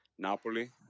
Napoli